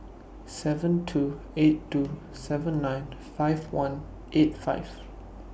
seven two eight two seven nine five one eight five